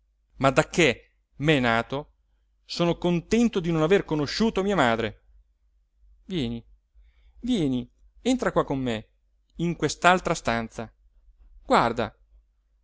dacché m'è nato sono contento di non aver conosciuto mia madre l'uomo solo luigi pirandello vieni vieni entra qua con me in quest'altra stanza guarda